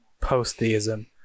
post-theism